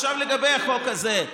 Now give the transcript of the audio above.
לגבי החוק הזה,